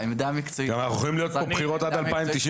העמדה המקצועית --- אנחנו גם יכולים להיות פה בבחירות עד 2097,